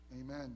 amen